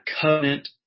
covenant